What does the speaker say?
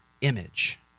image